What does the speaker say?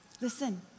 Listen